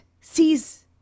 sees